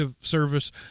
service